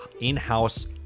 in-house